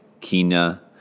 Kina